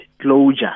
closure